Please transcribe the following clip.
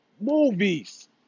movies